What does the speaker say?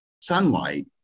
sunlight